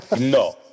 no